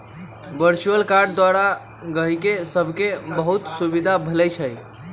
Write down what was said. virtual card द्वारा गहकि सभके बहुते सुभिधा मिलइ छै